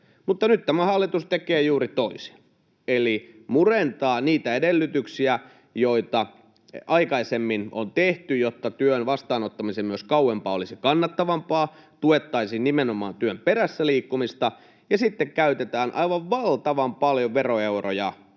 vastaan? Nyt tämä hallitus tekee juuri toisin eli murentaa niitä edellytyksiä, joita aikaisemmin on tehty, jotta työn vastaanottaminen myös kauempaa olisi kannattavampaa, tuettaisiin nimenomaan työn perässä liikkumista, ja sitten käytetään aivan valtavan paljon veroeuroja